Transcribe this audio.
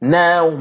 now